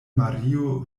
mario